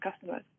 customers